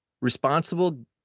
responsible